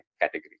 category